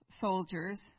soldiers